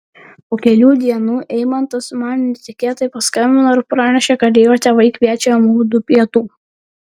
po kelių dienų eimantas man netikėtai paskambino ir pranešė kad jo tėvai kviečia mudu pietų